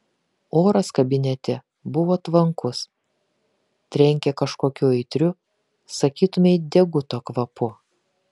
oras kabinete buvo tvankus trenkė kažkokiu aitriu sakytumei deguto kvapu